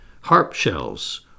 harp-shells